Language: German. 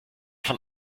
von